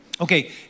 okay